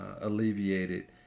alleviated